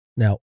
Now